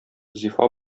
зифа